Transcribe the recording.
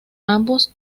ambos